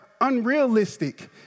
unrealistic